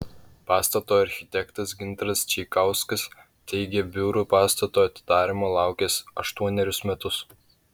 pastato architektas gintaras čeikauskas teigė biurų pastato atidarymo laukęs aštuonerius metus